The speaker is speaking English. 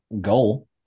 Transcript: goal